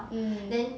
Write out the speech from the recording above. mm